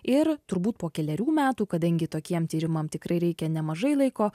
ir turbūt po kelerių metų kadangi tokiem tyrimam tikrai reikia nemažai laiko